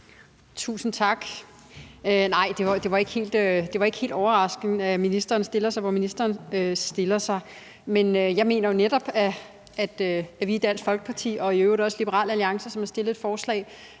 Tusind tak. Nej, det er ikke helt overraskende, at ministeren stiller sig, hvor ministeren stiller sig, men jeg mener jo, at vi i Dansk Folkeparti – og i øvrigt også Liberal Alliance, som har fremsat et forslag,